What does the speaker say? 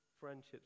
friendships